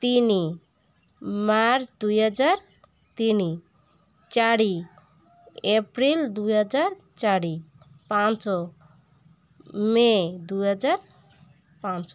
ତିନି ମାର୍ଚ୍ଚ ଦୁଇହଜାର ତିନି ଚାରି ଏପ୍ରିଲ ଦୁଇହଜାର ଚାରି ପାଞ୍ଚ ମେ ଦୁଇହଜାର ପାଞ୍ଚ